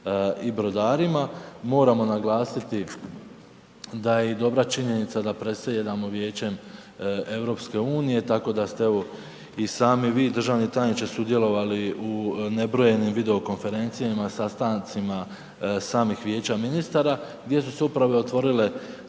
i brodarima, moramo naglasiti da je dobra činjenica da predsjedamo Vijećem EU-a tako da ste evo i sami vi državni tajniče, sudjelovali u nebrojenim video konferencijama, sastancima samih vijeća ministara gdje su se upravo otvorile